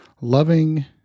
loving